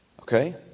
okay